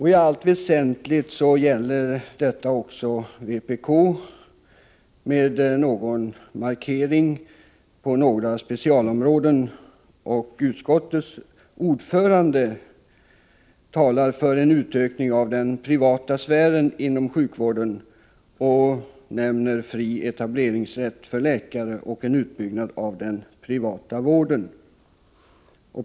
I allt väsentligt gäller detta också vpk, som därutöver har gjort ett par markeringar på några specialområden. Utskottets ordförande talar för en utökning av den privata sfären inom sjukvården och nämner fri etableringsrätt för läkare samt en utbyggnad av den privata vården.